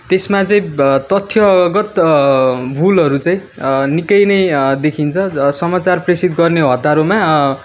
त्यसमा चाहिँ तथ्यगत् भुलहरू चाहिँ निकै नै देखिन्छ समाचार प्रेसित गर्ने हतारमा